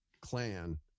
clan